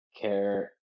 care